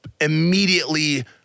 immediately